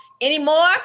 anymore